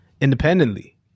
independently